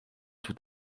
tout